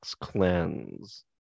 cleanse